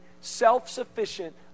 self-sufficient